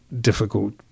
difficult